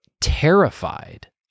terrified